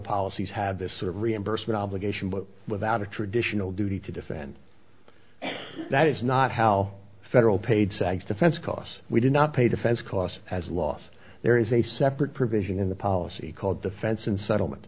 policies have this sort of reimbursement obligation but without a traditional duty to defend that is not how federal paid sags defense costs we do not pay defense costs as loss there is a separate provision in the policy called the fence and settlement